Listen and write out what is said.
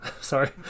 Sorry